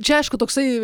čia aišku toksai